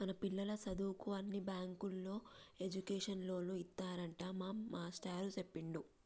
మన పిల్లల సదువుకు అన్ని బ్యాంకుల్లో ఎడ్యుకేషన్ లోన్లు ఇత్తారట మా మేస్టారు సెప్పిండు